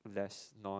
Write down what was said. less non